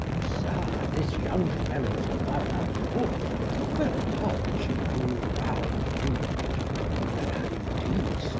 sir, this young fellow's mother could whereupon she grew round-womb'd, and had indeed, sir,